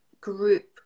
group